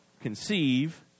conceive